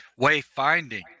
Wayfinding